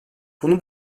bunun